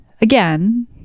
again